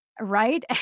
right